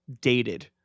dated